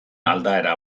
aldaera